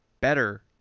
better